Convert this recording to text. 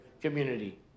community